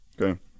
Okay